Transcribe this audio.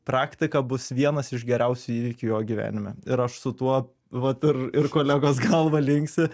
praktika bus vienas iš geriausių įvykių jo gyvenime ir aš su tuo vat ir ir kolegos galva linksi